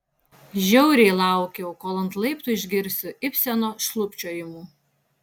žiauriai laukiau kol ant laiptų išgirsiu ibseno šlubčiojimų